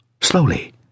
slowly